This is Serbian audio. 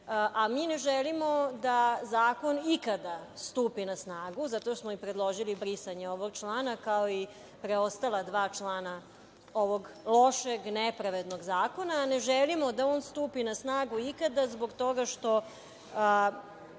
Mi ne želimo da zakon ikada stupi na snagu i zato smo i predložili brisanje ovog člana, kao i preostala dva člana ovog lošeg, nepravednog zakona. Ne želimo da on stupi na snagu ikada zbog toga što